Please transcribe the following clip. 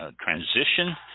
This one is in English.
transition